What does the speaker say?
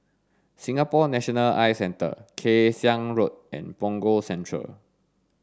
Singapore National Eye Centre Kay Siang Road and Punggol Central